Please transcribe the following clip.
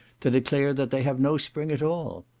to declare that they have no spring at all.